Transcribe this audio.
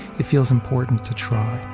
it feels important to try.